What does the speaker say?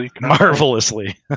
marvelously